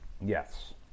Yes